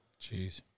Jeez